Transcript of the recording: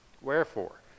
wherefore